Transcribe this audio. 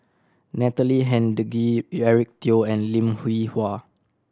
Natalie Hennedige Eric Teo and Lim Hwee Hua